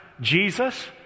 Jesus